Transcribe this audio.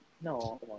No